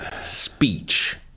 Speech